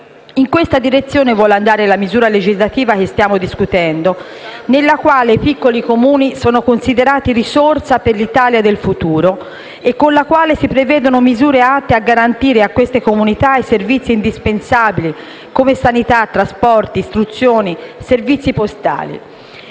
In questa direzione vuole andare la misura legislativa che stiamo discutendo, nella quale i piccoli Comuni sono considerati risorsa per l'Italia del futuro e con la quale si prevedono misure atte a garantire, a queste comunità, servizi indispensabili come sanità, trasporti, istruzione e servizi postali.